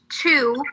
two